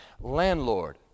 landlord